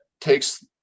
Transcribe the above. takes